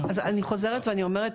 אז אני חוזרת ואני אומרת,